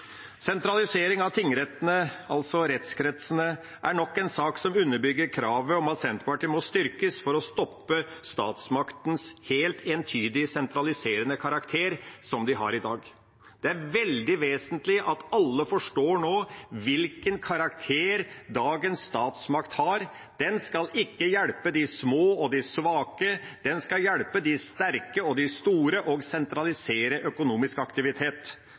Sentralisering av tingrettene, altså rettskretsene, er nok en sak som underbygger kravet om at Senterpartiet må styrkes for å stoppe statsmaktas helt entydige sentraliserende karakter, som den har i dag. Det er veldig vesentlig at alle nå forstår hvilken karakter dagens statsmakt har: Den skal ikke hjelpe de små og de svake, den skal hjelpe de sterke og de store og sentralisere økonomisk aktivitet.